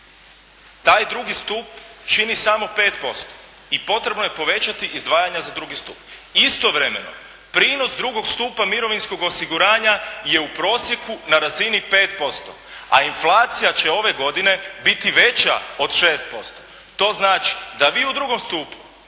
Taj drugi stup čini samo 5% i potrebno je povećati izdvajanja za drugi stup. Istovremeno prinos drugog stupa mirovinskog osiguranja je u prosjeku na razini 5%, a inflacija će ove godine biti veća od 6%. To znači da vi u drugom stupu